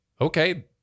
okay